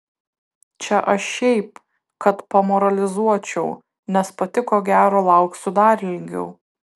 čia aš šiaip kad pamoralizuočiau nes pati ko gero lauksiu dar ilgiau